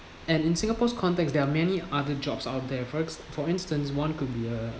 and in singapore's context there are many other jobs out there for ex~ for instance one could be a